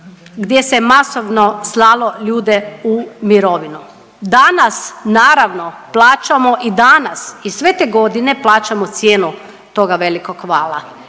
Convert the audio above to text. gdje se masovno slalo ljude u mirovinu. Danas naravno plaćamo i danas i sve te godine plaćamo cijenu toga velikog vala